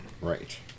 right